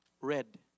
red